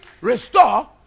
restore